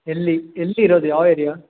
ಎಲ್ಲಿ ಎಲ್ಲಿರೋದು ಯಾವ ಏರಿಯಾ